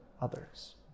others